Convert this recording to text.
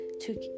took